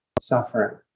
suffering